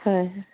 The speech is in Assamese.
হয়